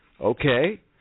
Okay